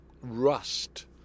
rust